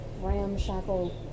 ramshackle